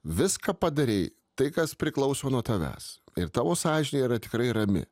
viską padarei tai kas priklauso nuo tavęs ir tavo sąžinė yra tikrai rami